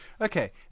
Okay